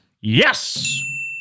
Yes